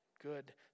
good